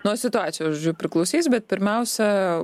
nuo situacijos žodžiu priklausys bet pirmiausia